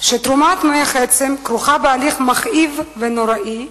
שתרומת מוח עצם כרוכה בהליך מכאיב ונוראי,